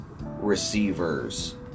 receivers